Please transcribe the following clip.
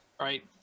right